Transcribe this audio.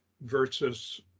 versus